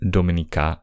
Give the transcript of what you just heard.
Dominika